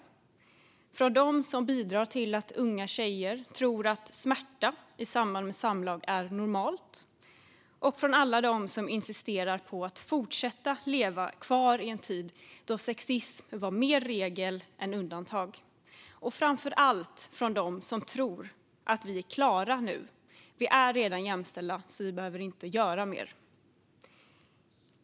Jag talar om hoten från dem som bidrar till att unga tjejer tror att smärta i samband med samlag är normalt. Jag talar om hoten från alla dem som insisterar på att leva kvar i en tid då sexism var mer regel än undantag. Och framför allt talar jag om hoten från dem som tror att vi är klara nu - att vi redan är jämställda och därför inte behöver göra mer.